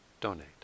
donate